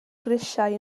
grisiau